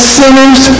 sinners